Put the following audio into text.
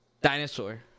Dinosaur